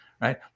right